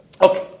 Okay